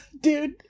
Dude